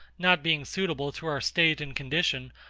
not being suitable to our state and condition,